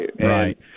Right